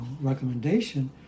recommendation